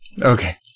Okay